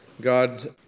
God